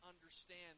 understand